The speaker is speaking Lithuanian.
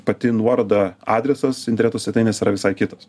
pati nuoroda adresas interneto svetainės yra visai kitas